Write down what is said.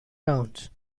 towns